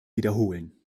wiederholen